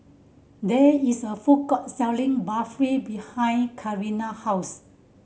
there is a food court selling Barfi behind Karina house